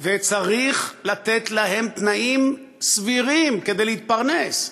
וצריך לתת להם תנאים סבירים כדי להתפרנס.